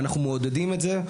אנחנו מעודדים את זה.